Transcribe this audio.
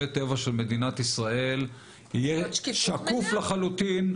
טבע של מדינת ישראל יהיה שקוף לחלוטין,